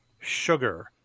sugar